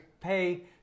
pay